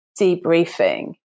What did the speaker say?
debriefing